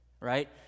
right